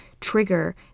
trigger